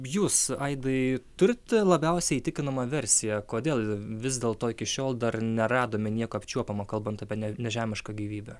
jūs aidai turite labiausiai įtikinamą versiją kodėl vis dėlto iki šiol dar neradome nieko apčiuopiamo kalbant apie ne nežemišką gyvybę